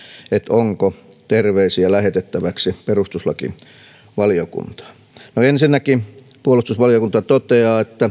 onko terveisiä lähetettäväksi perustuslakivaliokuntaan ensinnäkin puolustusvaliokunta toteaa että